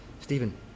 Stephen